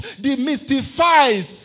demystifies